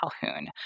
Calhoun